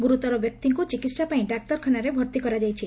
ଗୁରୁତର ବ୍ୟକ୍ତିଙ୍କୁ ଚିକିହାପାଇଁ ଡାକ୍ତରଖାନାରେ ଭର୍ଭି କରାଯାଇଛି